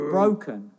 Broken